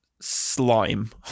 slime